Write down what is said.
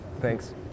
Thanks